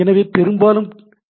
எனவே பெரும்பாலும் டி